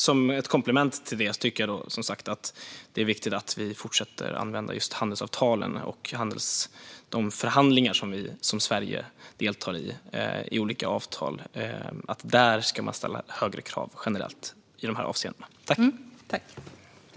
Som ett komplement till detta tycker jag, som sagt, att det är viktigt att vi fortsätter att använda handelsavtalen och att vi generellt ska ställa högre krav i dessa avseenden i samband med de förhandlingar som Sverige deltar i när det gäller olika avtal.